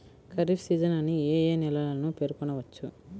Kharif season అని ఏ ఏ నెలలను పేర్కొనవచ్చు?